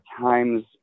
times